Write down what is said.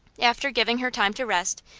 after giving her time to rest,